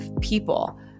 people